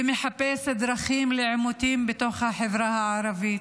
ומחפש דרכים לעימותים בתוך החברה הערבית.